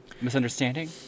Misunderstanding